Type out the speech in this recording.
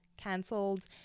cancelled